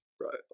Right